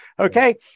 okay